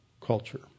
culture